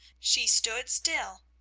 she stood still,